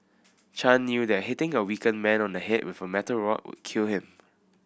Chan knew that hitting a weakened man on the head with a metal rod would kill him